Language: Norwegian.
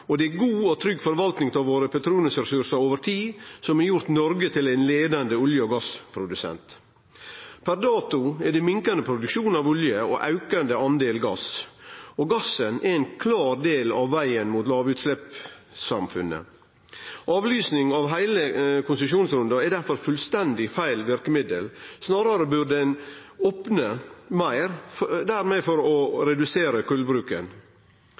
trygg forvalting av petroleumsressursane våre over tid som har gjort Noreg til ein leiande olje- og gassprodusent. Per dato er det minkande produksjon av olje, og produksjonen av gass er aukande. Gassen er klart ein del av vegen mot lågutsleppssamfunnet. Avlysing av heile konsesjonsrunden er derfor eit fullstendig feil verkemiddel. Snarare burde ein opne meir for å redusere